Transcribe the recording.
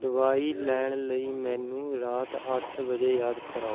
ਦਵਾਈ ਲੈਣ ਲਈ ਮੈਨੂੰ ਰਾਤ ਅੱਠ ਵਜੇ ਯਾਦ ਕਰਾਓ